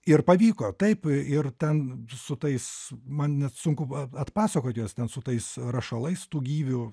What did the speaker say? ir pavyko taip ir ten su tais man net sunku atpasakoti juos ten su tais rašalais tų gyvių